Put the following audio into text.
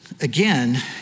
Again